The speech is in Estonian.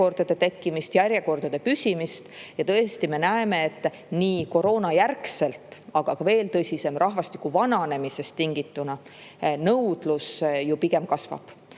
järjekordade tekkimist, järjekordade püsimist. Ja tõesti, me näeme, et koroonajärgselt, aga ka – veel tõsisem – rahvastiku vananemisest tingituna nõudlus pigem kasvab.